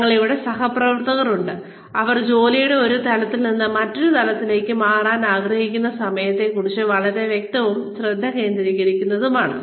ഞങ്ങൾക്ക് ഇവിടെ സഹപ്രവർത്തകർ ഉണ്ട് അവർ ജോലിയുടെ ഒരു തലത്തിൽ നിന്ന് മറ്റൊരു തലത്തിലേക്ക് മാറാൻ ആഗ്രഹിക്കുന്ന സമയത്തെ കുറിച്ച് വളരെ വ്യക്തവും ശ്രദ്ധ കേന്ദ്രീകരിക്കുന്നവരുമാണ്